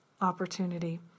opportunity